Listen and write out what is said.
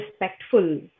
respectful